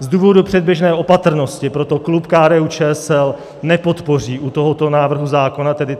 Z důvodu předběžné opatrnosti proto klub KDUČSL nepodpoří u tohoto návrhu zákona, tedy